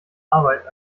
arbeit